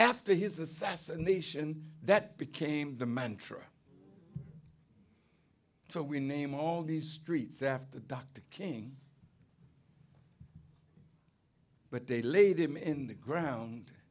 after his assassination that became the mantra so we name all these streets after dr king but they laid him in the ground